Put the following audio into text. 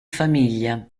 famiglia